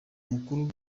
mukuru